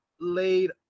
laid